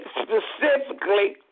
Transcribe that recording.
specifically